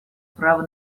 права